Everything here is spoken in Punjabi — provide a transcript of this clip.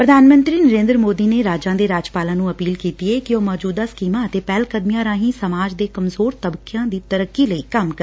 ਪ੍ਧਾਨ ਮੰਤਰੀ ਨਰੇਂਦਰ ਮੋਦੀ ਨੇ ਰਾਜਾਂ ਦੇ ਰਾਜਪਾਲਾਂ ਨੂੰ ਅਪੀਲ ਕੀਤੀ ਏ ਕਿ ਉਹ ਮੌਜੂਦਾ ਸਕੀਮਾਂ ਅਤੇ ਪਹਿਲਕਦਮੀਆਂ ਰਾਹੀਂ ਸਮਾਜ ਦੇ ਕਮਜ਼ੋਰ ਤਬਕਿਆਂ ਦੀ ਤਰੱਕੀ ਲਈ ਕੰਮ ਕਰਨ